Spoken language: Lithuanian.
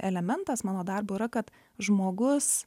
elementas mano darbo yra kad žmogus